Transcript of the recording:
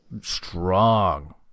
strong –